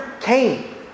came